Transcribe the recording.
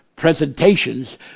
presentations